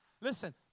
Listen